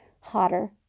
hotter